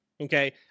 Okay